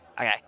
Okay